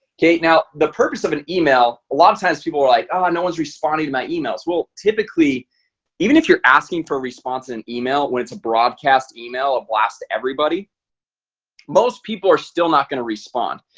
okay? now the purpose of an email a lot of times people are like, oh no one's responding to my emails well, typically even if you're asking for a response in an email when it's broadcast email a blast everybody most people are still not going to respond.